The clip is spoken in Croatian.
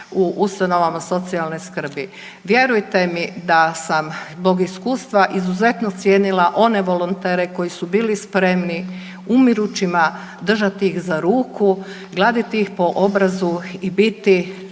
u ustanovama socijalne skrbi. Vjerujte mi da sam zbog iskustva izuzetno cijenila one volontere koji su bili spremni umirućima držati ih za ruku, gladiti ih po obrazu i biti